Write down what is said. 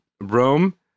Rome